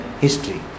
history